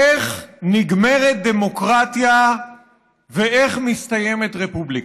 איך נגמרת דמוקרטיה ואיך מסתיימת רפובליקה,